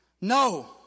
No